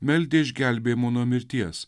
meldė išgelbėjimo nuo mirties